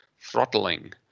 throttling